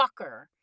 fucker